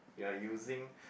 you are using